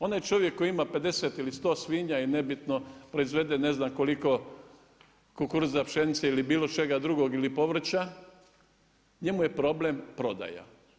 Onaj čovjek koji ima 50 ili 100 svinja i nebitno, proizvede ne znam koliko kukuruza pšenice ili bilo čega drugog ili povrća, njemu je problem prodaja.